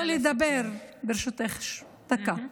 שלא לדבר, ברשותך, דקה,